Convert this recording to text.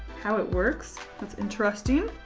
how it works. that's interesting.